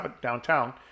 downtown